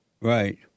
Right